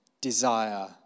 desire